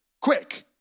quick